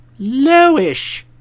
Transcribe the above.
Lowish